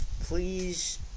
please